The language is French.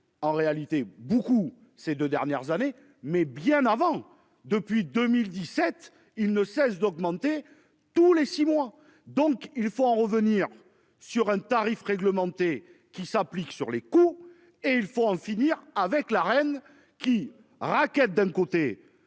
en réalité beaucoup ces 2 dernières années, mais bien avant. Depuis 2017, il ne cesse d'augmenter tous les six mois, donc il faut en revenir sur un tarif réglementé qui s'applique sur les coûts et il faut en finir avec la reine qui rackettent. D'un côté.